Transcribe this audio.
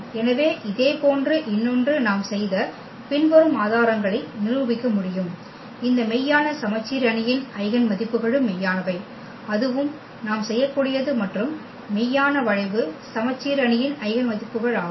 எனவே இதேபோன்று இன்னொன்று நாம் செய்த பின்வரும் ஆதாரங்களை நிரூபிக்க முடியும் இந்த மெய்யான சமச்சீர் அணியின் ஐகென் மதிப்புகளும் மெய்யானவை அதுவும் நாம் செய்யக்கூடியது மற்றும் மெய்யான வளைவு சமச்சீர் அணியின் ஐகென் மதிப்புகள் ஆகும்